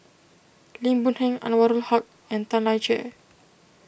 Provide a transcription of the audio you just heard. Lim Boon Heng Anwarul Haque and Tan Lian Chye